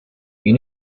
you